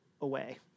away